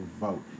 vote